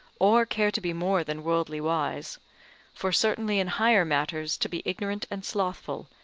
or care to be more than worldly-wise for certainly in higher matters to be ignorant and slothful,